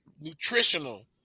nutritional